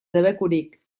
debekurik